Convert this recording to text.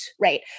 right